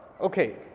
Okay